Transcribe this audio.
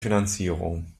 finanzierung